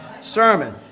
sermon